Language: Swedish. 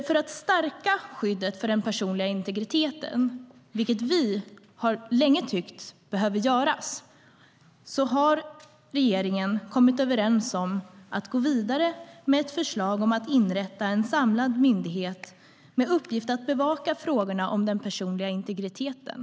För att stärka skyddet för den personliga integriteten, vilket vi länge har tyckt behöver göras, har regeringen kommit överens om att gå vidare med ett förslag om att inrätta en samlad myndighet med uppgift att bevaka frågorna om den personliga integriteten.